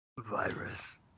virus